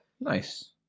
Nice